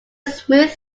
smooth